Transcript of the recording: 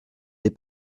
les